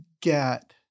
get